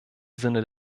sinne